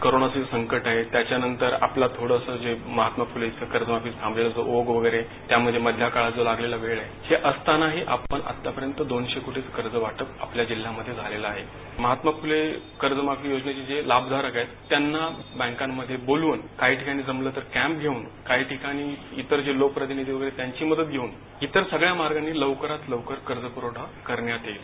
कोरोनाचे संकट आहे त्याच्यानंतर आपला थोडासा महात्मा फुले कर्ज माफीचे थांबलेले काम वगैरे त्यामध्ये लागलेला जो वेळ आहे हे अस्रतानाही आपण आत्तापर्यंत दोनशे कोटींचे कर्जवाटप आपल्या जिल्ह्यामध्ये झालेला आहे महात्मा फूले कर्ज माफी योजना लाभधाराक आहेत त्यांना बँकांमध्ये बोलून काही ठिकाणी जमलं तर कॅम्प घेऊन काही ठिकाणी इतर लोक प्रतिनिधी त्यांची मदत घेऊन इतर सगळ्या मार्गांनी लवकरात लवकर कर्जपुरवठा करण्यात येईल